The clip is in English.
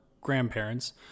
grandparents